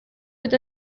with